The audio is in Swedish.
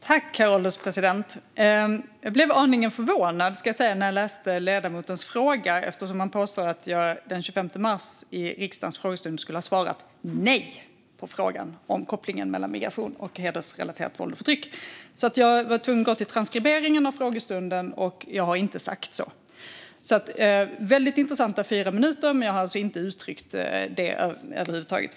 Herr ålderspresident! Jag måste säga att jag blev aningen förvånad när jag läste ledamotens fråga, eftersom han påstår att jag den 25 mars i riksdagens frågestund skulle ha svarat nej på frågan om en koppling mellan migration och hedersrelaterat våld och förtryck. Jag blev tvungen att gå till transkriberingen av frågestunden, och jag har inte sagt så. Detta var väldigt intressanta fyra minuter, men jag har alltså inte uttryckt detta över huvud taget.